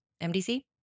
MDC